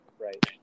right